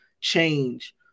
change